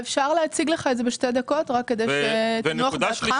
אפשר להציג לך את זה בכמה דקות כדי שתנוח דעתך.